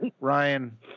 Ryan